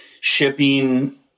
shipping